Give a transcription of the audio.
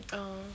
uh